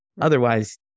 Otherwise